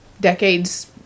decades